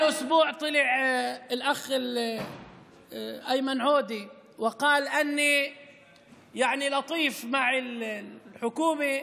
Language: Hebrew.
הינה, נתתי דקה וחצי בעברית